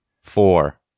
four